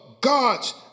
God's